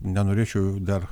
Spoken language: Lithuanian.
nenorėčiau dar